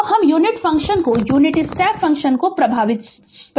तो यह हम यूनिट फंक्शन को यूनिट स्टेप फंक्शन को परिभाषित करेंगे